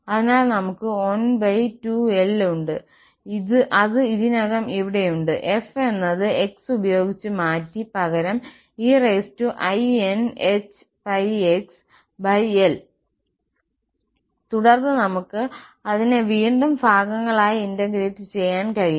അതിനാൽ നമ്മൾക്ക് 12l ഉണ്ട് അത് ഇതിനകം അവിടെയുണ്ട് f എന്നത് x ഉപയോഗിച്ച് മാറ്റി പകരം e inπxl തുടർന്ന് നമുക്ക് അതിനെ വീണ്ടും ഭാഗങ്ങളായി ഇന്റഗ്രേറ്റ് ചെയ്യാൻ കഴിയും